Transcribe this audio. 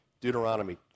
Deuteronomy